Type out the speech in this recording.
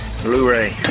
Blu-ray